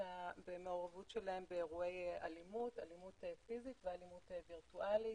המעורבות שלהם באירועי אלימות פיזית ו-ווירטואלית.